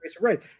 Right